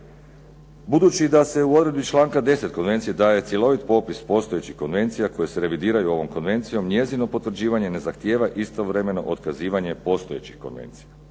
Budući da se u odredbi članka 10. konvencije daje cjelovit popis postojećih konvencija koje se revidiraju ovom konvencijom njezino potvrđivanje ne zahtijeva istovremeno otkazivanje postojećih konvencija.